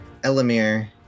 Elamir